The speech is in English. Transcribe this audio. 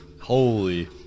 Holy